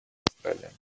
австралия